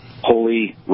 Holy